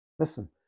Listen